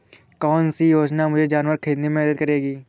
कौन सी योजना मुझे जानवर ख़रीदने में मदद करेगी?